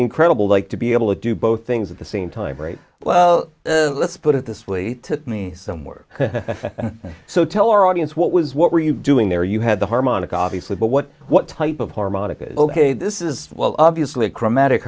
incredible like to be able to do both things at the same time rate well let's put it this way took me some work so tell our audience what was what were you doing there you had the harmonic obviously but what what type of harmonica is ok this is well obviously a chromatic